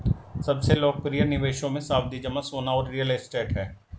सबसे लोकप्रिय निवेशों मे, सावधि जमा, सोना और रियल एस्टेट है